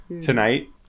Tonight